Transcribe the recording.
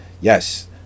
yes